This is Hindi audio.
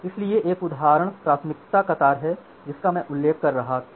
इसलिए एक उदाहरण प्राथमिकता कतार है जिसका मैं उल्लेख कर रहा था